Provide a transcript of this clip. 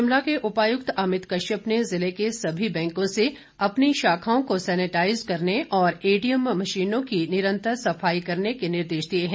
शिमला के उपायुक्त अमित कश्यप ने जिले के सभी बैंकों से अपनी शाखाओं को सैनेटाइज करने और एटीएम मशीनों की निरंतर सफाई करने के निर्देश दिए हैं